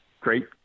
great